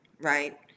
right